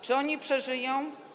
Czy one przeżyją?